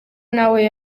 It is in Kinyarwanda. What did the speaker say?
nawe